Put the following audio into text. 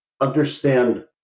understand